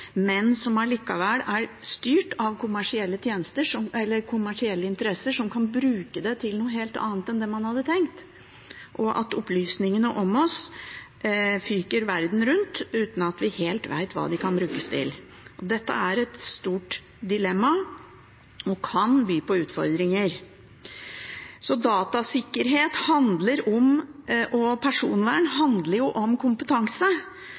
men som likevel er styrt av kommersielle interesser som kan bruke det til noe helt annet enn det man hadde tenkt, og at opplysningene om oss fyker verden rundt uten at vi helt vet hva de kan brukes til. Dette er et stort dilemma og kan by på utfordringer. Datasikkerhet og personvern handler om kompetanse.